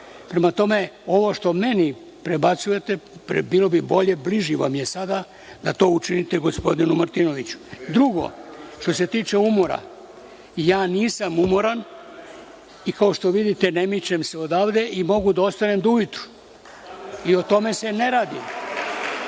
Prema tome, ovo što meni prebacujete, bilo bi bolje, bliži vam je sada, da to učinite gospodinu Martinoviću. Drugo, što se tiče umora, ja nisam umoran i, kao što vidite, ne mičem se odavde i mogu da ostanem do ujutru i o tome se ne radi.